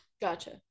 gotcha